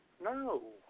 No